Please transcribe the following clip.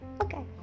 Okay